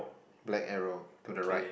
black arrow to the right